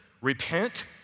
repent